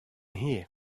here